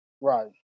Right